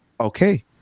Okay